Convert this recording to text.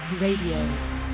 Radio